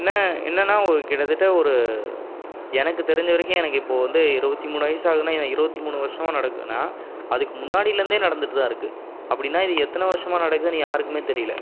என்ன என்னென்னா ஒரு கிட்டத்தட்ட ஒரு எனக்கு தெரிஞ்ச வரைக்கும் எனக்கு இப்போது வந்து இருபத்தி மூணு வயசு ஆகுதுன்னா என்ன இருபத்தி மூணு வருஷமாக நடக்குதுன்னா அதுக்கு முன்னாடிலேருந்தே நடந்துகிட்டு தான் இருக்குது அப்படின்னா இது எத்தனை வருஷமாக நடக்குதுன்னு யாருக்குமே தெரியலை